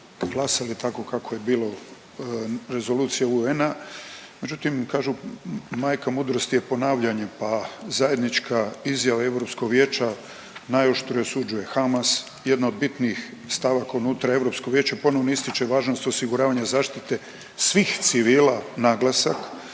glasali tako kako je bilo Rezolucija UN-a, međutim kažu majka mudrosti je ponavljanje, pa zajednička izjava Europskog vijeća najoštrije osuđuje Hamas, jedna od bitnijih stavaka unutra Europskog vijeća ponovno ističe važnost osiguravanja zaštite svih civila, naglasak,